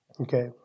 Okay